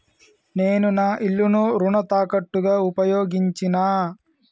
నేను నా ఇల్లును రుణ తాకట్టుగా ఉపయోగించినా